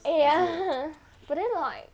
eh ya but then like